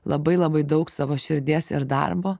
labai labai daug savo širdies ir darbo